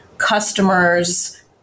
customers